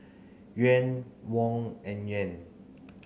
Yuan Won and Yen